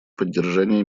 поддержании